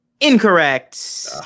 Incorrect